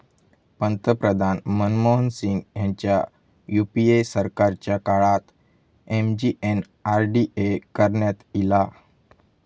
पंतप्रधान मनमोहन सिंग ह्यांच्या यूपीए सरकारच्या काळात एम.जी.एन.आर.डी.ए करण्यात ईला